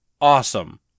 awesome